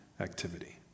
activity